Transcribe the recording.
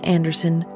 Anderson